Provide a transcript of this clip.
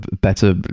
better